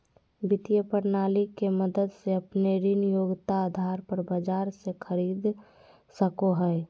वित्त प्रणाली के मदद से अपने ऋण योग्यता आधार पर बाजार से खरीद सको हइ